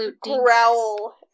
growl